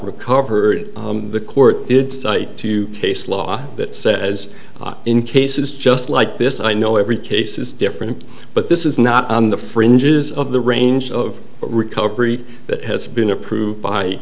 recovered the court did cite two case law that says in cases just like this i know every case is different but this is not on the fringes of the range of recovery that has been approved by